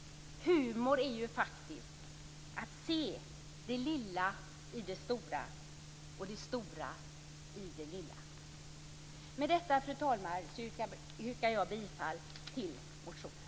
Humor är ju faktiskt att se det lilla i det stora och det stora i det lilla. Med detta, fru talman, yrkar jag bifall till motionen.